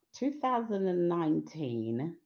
2019